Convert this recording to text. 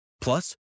Plus